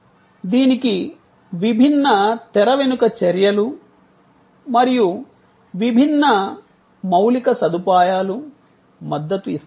దీనికి విభిన్న తెరవెనుక చర్యలు మరియు విభిన్న మౌలిక సదుపాయాలు మద్దతు ఇస్తాయి